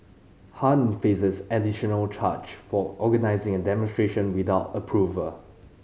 Han faces an additional charge for organising a demonstration without approval